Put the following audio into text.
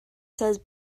says